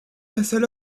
passent